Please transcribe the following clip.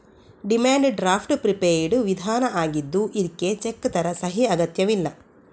demand draft prepaid ವಿಧಾನ ಆಗಿದ್ದು ಇದ್ಕೆ ಚೆಕ್ ತರ ಸಹಿ ಅಗತ್ಯವಿಲ್ಲ